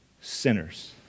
sinners